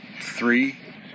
three